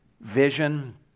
vision